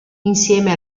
insieme